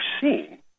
seen